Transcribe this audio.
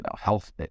health